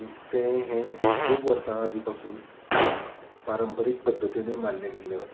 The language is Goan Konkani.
नुस्तें हें खूब वर्सां आदी पासून पारंपारीक पद्दतीन मारले गल्ले वता